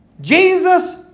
Jesus